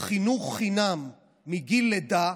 חינוך בחינם מגיל לידה,